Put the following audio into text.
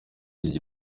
y’iki